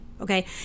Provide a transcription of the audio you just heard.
Okay